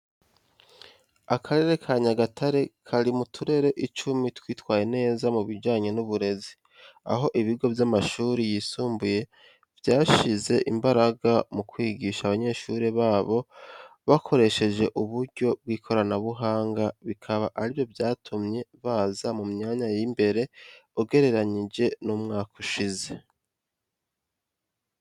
Akarere ka Nyagatare kari mu turere icumi twitwaye neza mu bijyanye n'uburezi, aho ibigo by'amashuri yisumbuye byashyize imbaraga mu kwigisha abanyeshuri babo bakoresheje uburyo bw'ikoranamuhanga bikaba ari byo byatumye baza mu myanya y'imbere ugereranyije n'umwaka ushize.